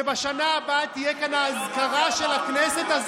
ושבשנה הבאה תהיה כאן האזכרה של הכנסת.